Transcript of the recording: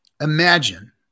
imagine